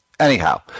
Anyhow